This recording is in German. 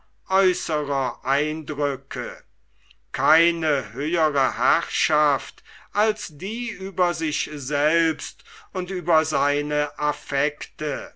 äußerer eindrücke keine höhere herrschaft als die über sich selbst und über seine affekten